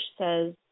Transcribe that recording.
says